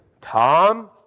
Tom